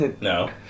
No